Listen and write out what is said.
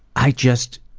i just,